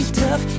tough